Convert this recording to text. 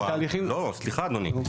לא, סליחה אדוני.